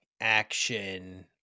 action